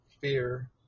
fear